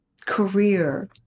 career